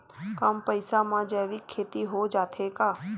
कम पईसा मा जैविक खेती हो जाथे का?